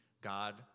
God